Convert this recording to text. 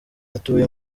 atuye